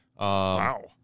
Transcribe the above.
Wow